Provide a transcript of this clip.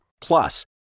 Plus